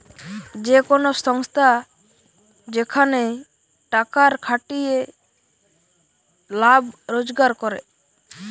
যে কোন সংস্থা যেখানে টাকার খাটিয়ে লাভ রোজগার করে